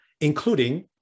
including